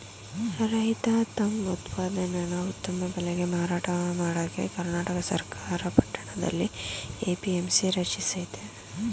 ರೈತ ತಮ್ ಉತ್ಪನ್ನನ ಉತ್ತಮ ಬೆಲೆಗೆ ಮಾರಾಟ ಮಾಡಕೆ ಕರ್ನಾಟಕ ಸರ್ಕಾರ ಪಟ್ಟಣದಲ್ಲಿ ಎ.ಪಿ.ಎಂ.ಸಿ ರಚಿಸಯ್ತೆ